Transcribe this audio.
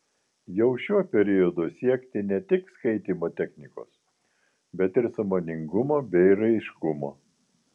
jau šiuo periodu siekti ne tik skaitymo technikos bet ir sąmoningumo bei raiškumo